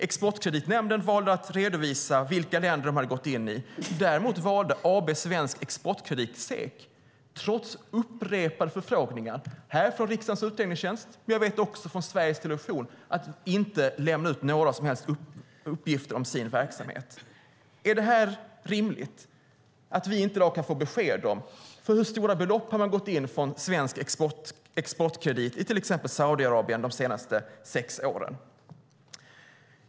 Exportkreditnämnden valde att redovisa vilka länder de hade gått in i. Däremot valde AB Svensk Exportkredit, SEK, trots upprepade förfrågningar från både riksdagens utredningstjänst och Sveriges Television, att inte lämna ut några som helst uppgifter om sin verksamhet. Är det rimligt att vi i dag inte kan få besked om hur stora belopp man har gått in med från Svensk Exportkredit i till exempel Saudiarabien de senaste sex åren?